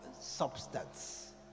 substance